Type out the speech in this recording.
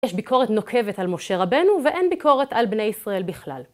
יש ביקורת נוקבת על משה רבנו, ואין ביקורת על בני ישראל בכלל.